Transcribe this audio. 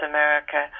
America